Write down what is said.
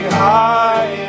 high